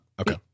Okay